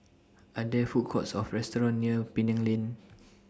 Are There Food Courts Or restaurants near Penang Lane